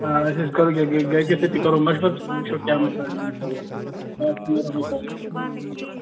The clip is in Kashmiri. آ أسۍ حَظ کَرو یہِ گَرِکیٚن سۭتۍ تہِ کرو مَشوَر وُچھو کیٛاہ مَشوَرٕ یی تۅہہِ